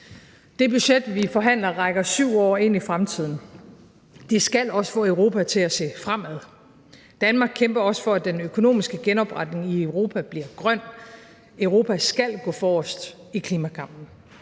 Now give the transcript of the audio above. Det budget, vi forhandler, rækker 7 år ind i fremtiden – det skal også få Europa til at se fremad. Danmark kæmper også for, at den økonomiske genopretning i Europa bliver grøn. Europa skal gå forrest i klimakampen.